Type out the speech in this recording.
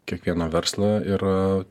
kiekvieną verslą ir